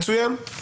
מצוין.